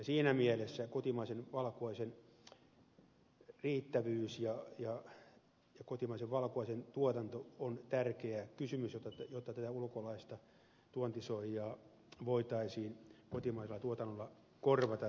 siinä mielessä kotimaisen valkuaisen riittävyys ja tuotanto on tärkeä kysymys jotta tätä ulkomaista tuontisoijaa voitaisiin kotimaisella tuotannolla korvata